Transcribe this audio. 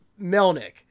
Melnick